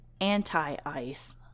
anti-ice